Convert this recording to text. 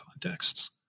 contexts